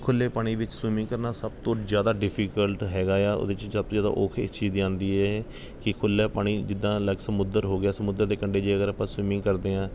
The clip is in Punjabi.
ਖੁੱਲ੍ਹੇ ਪਾਣੀ ਵਿੱਚ ਸਵੀਮਿੰਗ ਕਰਨਾ ਸਭ ਤੋਂ ਜ਼ਿਆਦਾ ਡਿਫੀਕਲਟ ਹੈਗਾ ਆ ਉਹਦੇ 'ਚ ਸਭ ਤੋਂ ਜ਼ਿਆਦਾ ਔਖ ਇਸ ਚੀਜ਼ ਦੀ ਆਉਂਦੀ ਹੈ ਕਿ ਖੁੱਲ੍ਹਾ ਪਾਣੀ ਜਿੱਦਾਂ ਲਾਇਕ ਸਮੁੰਦਰ ਹੋ ਗਿਆ ਸਮੁੰਦਰ ਦੇ ਕੰਢੇ ਜੇ ਅਗਰ ਆਪਾਂ ਸਵੀਮਿੰਗ ਕਰਦੇ ਹਾਂ